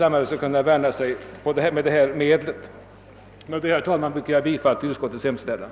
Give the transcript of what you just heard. Med detta ber jag att få yrka bifall till utskottets hemställan.